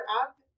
up